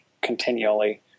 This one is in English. continually